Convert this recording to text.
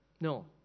No